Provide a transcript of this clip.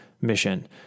mission